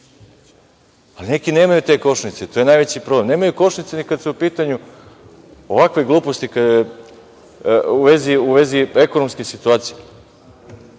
Ali, neki nemaju te kočnice i to je najveći problem. Nemaju kočnice ni kad su u pitanju ovakve gluposti u vezi ekonomske situacije.